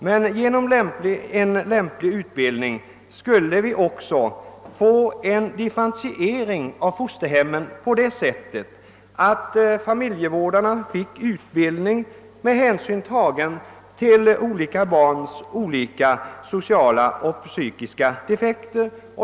Genom att ge dem en lämplig utbildning skulle vi också få en differentiering av fosterhemmen på det sättet att familjevårdarna fick utbildning med hänsyn tagen till olika barns sociala och psykiska defekter.